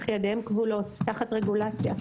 אך ידיהם כבולות תחת רגולציה.